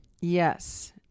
yes